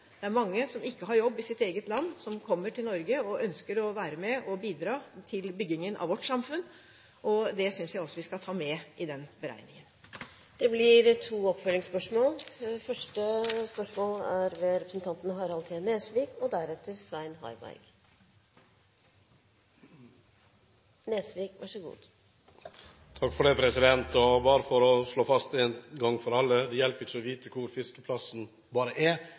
Det er mange som ikke har jobb i sitt eget land som kommer til Norge og ønsker å være med og bidra til byggingen av vårt samfunn. Det synes jeg også vi skal ta med i den beregningen. Harald T. Nesvik – til oppfølgingsspørsmål. Bare for å slå fast én gang for alle: Det hjelper ikke bare å vite hvor fiskeplassen er, en er nødt til å ha virkemidler for å få fisken opp og et marked for å ta den unna. Det